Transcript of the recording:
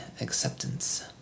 acceptance